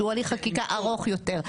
שהוא הליך חקיקה ארוך יותר,